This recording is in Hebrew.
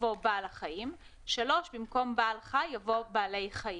יבוא "בעל החיים"; (3)במקום "בעלי חי" יבוא "בעלי חיים".